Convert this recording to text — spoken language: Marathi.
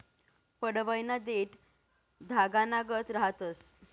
पडवयना देठं धागानागत रहातंस